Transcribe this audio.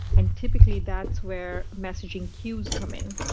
and typically that's where messaging queues come in.